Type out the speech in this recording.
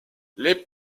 les